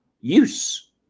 use